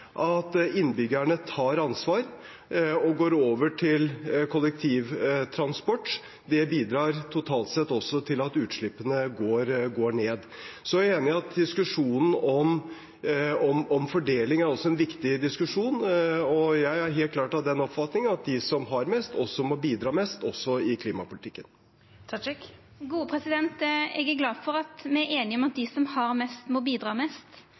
at innbyggerne tar ansvar og går over til kollektivtransport. Det bidrar totalt sett også til at utslippene går ned. Så er jeg enig i at diskusjonen om fordeling også er en viktig diskusjon. Jeg er helt klart av den oppfatning at de som har mest, må bidra mest også i klimapolitikken. Eg er glad for at me er einige om at dei som har mest, må bidra mest.